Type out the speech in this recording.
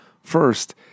First